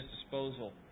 disposal